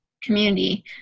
community